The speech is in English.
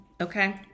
Okay